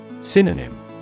Synonym